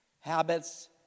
Habits